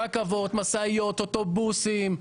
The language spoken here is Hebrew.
רכבות, משאיות, אוטובוסים,